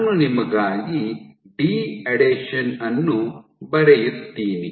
ನಾನು ನಿಮಗಾಗಿ ಡಿ ಅಡೇಷನ್ ಅನ್ನು ಬರೆಯುತ್ತೀನಿ